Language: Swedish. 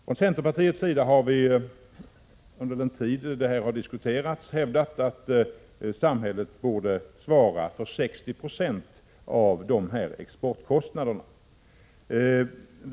Från centerpartiets sida har vi under den tid det här har diskuterats hävdat att samhället borde svara för 60 26 av exportkostnaderna.